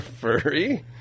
Furry